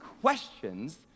questions